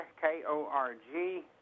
K-O-R-G